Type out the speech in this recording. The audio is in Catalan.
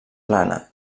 plana